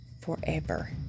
forever